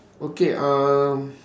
okay um